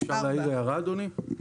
אפשר להעיר הערה, אדוני?